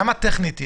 למה טכנית אי-אפשר?